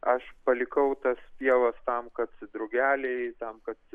aš palikau tas pievas tam kad drugeliai tam kad